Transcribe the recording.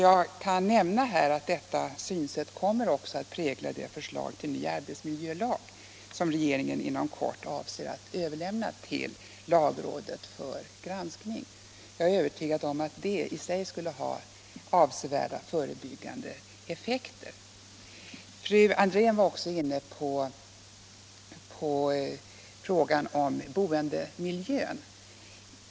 Jag kan också nämna att detta synsätt kommer att prägla det förslag till ny arbetsmiljölag som regeringen avser att inom kort överlämna till lagrådet för granskning. Jag är övertygad om att det i sig skulle ha avsevärda förebyggande effekter. Fru Andrén var också inne på frågan om boendemiljön.